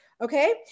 okay